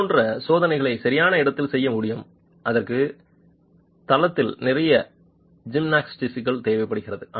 இதேபோன்ற சோதனைகளை சரியான இடத்தில் செய்ய முடியும் இதற்கு தளத்தில் நிறைய ஜிம்னாஸ்டிக்ஸ் தேவைப்படுகிறது